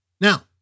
Now